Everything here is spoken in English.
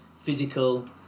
physical